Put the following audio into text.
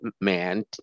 man